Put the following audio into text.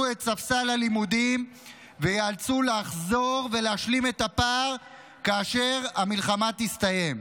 את ספסל הלימודים וייאלצו לחזור ולהשלים את הפער כאשר המלחמה תסתיים.